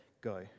go